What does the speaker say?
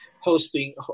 hosting